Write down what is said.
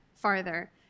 Farther